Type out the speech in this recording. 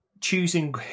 choosing